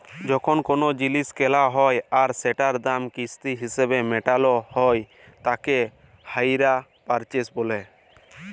যখন কোলো জিলিস কেলা হ্যয় আর সেটার দাম কিস্তি হিসেবে মেটালো হ্য়য় তাকে হাইয়ার পারচেস বলে